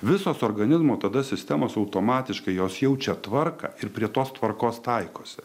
visos organizmo tada sistemos automatiškai jos jaučia tvarką ir prie tos tvarkos taikosi